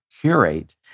curate